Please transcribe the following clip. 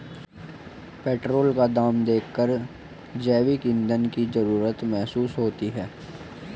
petrol का दाम देखकर जैविक ईंधन की जरूरत महसूस होती है